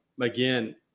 Again